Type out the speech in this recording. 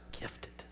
gifted